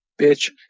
bitch